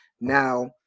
now